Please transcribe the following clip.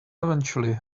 eventually